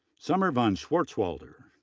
summer von schwartzwalder,